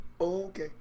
okay